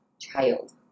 child